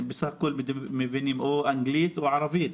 הם מבינים אנגלית או ערבית,